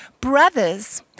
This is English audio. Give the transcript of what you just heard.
Brothers